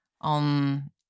on